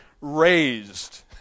raised